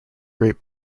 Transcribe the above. great